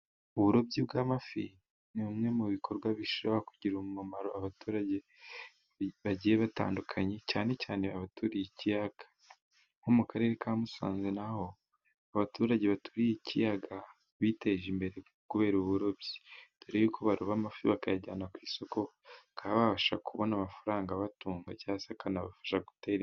Uburobyi bw'amafi ni bimwe mu bikorwa bishobora kugirira umumaro abaturage bagiye batandukanye cyane cyane abaturiye ikiyaga. Nko mu karere ka Musanze naho abaturage baturiye ikiyaga biteje imbere kubera uburobyi, dore yuko baroba amafi bakayajyana ku isoko bakabasha kubona amafaranga abatugwa cyangwa akanabafasha gutera imbere.